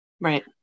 Right